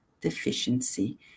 deficiency